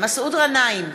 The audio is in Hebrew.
מסעוד גנאים,